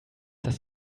das